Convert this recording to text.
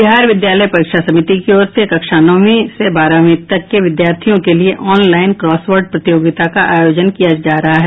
बिहार विद्यालय परीक्षा समिति की ओर से कक्षा नौंवी से बारहवीं तक के विद्यार्थियों के लिये ऑनलाइन क्रॉसवर्ड प्रतियोगिता का आयोजन किया जा रहा है